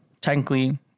technically